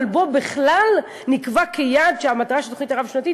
אבל בואו בכלל נקבע כיעד שהמטרה של התוכנית הרב-שנתית